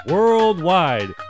Worldwide